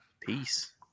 Peace